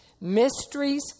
Mysteries